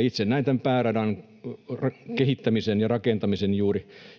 itse näen tämän pääradan kehittämisen ja rakentamisen